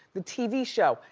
the tv show,